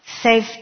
safe